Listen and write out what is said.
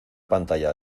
pantalla